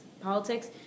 politics